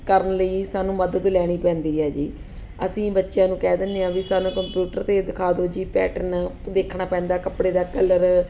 ਕਰਨ ਲਈ ਸਾਨੂੰ ਮਦਦ ਲੈਣੀ ਪੈਂਦੀ ਹੈ ਜੀ ਅਸੀਂ ਬੱਚਿਆਂ ਨੂੰ ਕਹਿ ਦਿੰਦੇ ਹਾਂ ਵੀ ਸਾਨੂੰ ਕੰਪੂਟਰ 'ਤੇ ਦਿਖਾ ਦਿਓ ਜੀ ਪੈਟਰਨ ਦੇਖਣਾ ਪੈਂਦਾ ਕੱਪੜੇ ਦਾ ਕਲਰ